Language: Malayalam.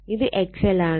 ഇത് XL ആണ്